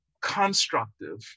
constructive